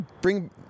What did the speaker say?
bring